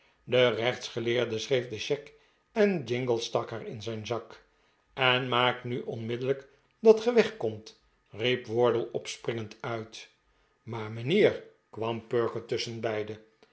de rechtsgeleerde schreef de cheque enjingle stak haar in zijn zak en maak nu onmiddellijk dat ge wegkomt riep wardle opspringend uit maar mijnheer kwam